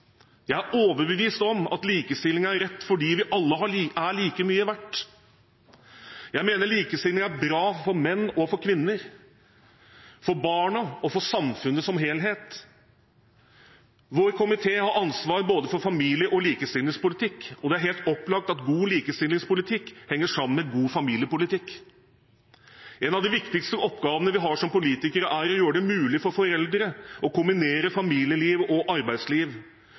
Jeg er overbevist om at likestilling er rett fordi vi alle er like mye verdt. Jeg mener likestilling er bra for menn og for kvinner, for barna og for samfunnet som helhet. Vår komité har ansvar for både familie- og likestillingspolitikk, og det er helt opplagt at god likestillingspolitikk henger sammen med god familiepolitikk. En av de viktigste oppgavene vi har som politikere, er å gjøre det mulig for foreldre å kombinere familieliv og arbeidsliv,